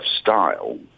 style